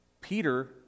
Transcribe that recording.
Peter